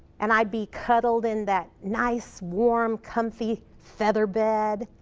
and i'd be cuddled in that nice, warm, comfy featherbed.